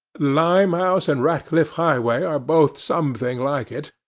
limehouse and ratcliff highway are both something like it,